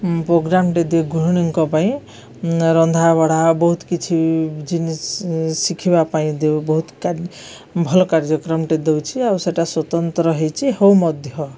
ପୋଗ୍ରାମଟେ ଦିଏ ଗୃହିଣୀଙ୍କ ପାଇଁ ରନ୍ଧାବଢ଼ା ବହୁତ କିଛି ଜିନିଷ୍ ଶିଖିବା ପାଇଁ ଦେଉ ବହୁତ ଭଲ କାର୍ଯ୍ୟକ୍ରମଟେ ଦଉଛିି ଆଉ ସେଇଟା ସ୍ୱତନ୍ତ୍ର ହେଇଛି ହଉ ମଧ୍ୟ